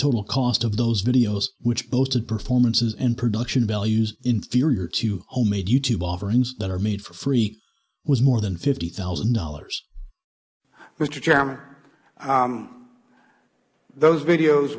total cost of those videos which boasted performances and production values inferior to homemade youtube offerings that are made for free was more than fifty thousand dollars richer chairman those videos